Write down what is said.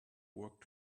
work